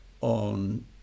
on